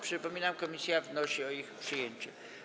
Przypominam, że komisja wnosi o ich przyjęcie.